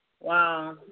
Wow